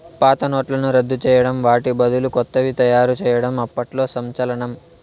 పాత నోట్లను రద్దు చేయడం వాటి బదులు కొత్తవి తయారు చేయడం అప్పట్లో సంచలనం